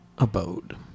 Abode